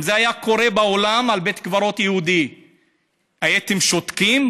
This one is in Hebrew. אם זה היה קורה בעולם על בית קברות יהודי הייתם שותקים?